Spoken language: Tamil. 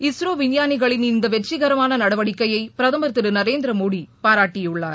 இஸ்ரோ விஞ்ஞானிகளின் இந்த வெற்றிகரமான நடவடிக்கையை பிரதமர் திரு நரேந்திர மோடி பாராட்டியுள்ளார்